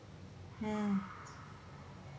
mm